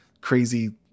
crazy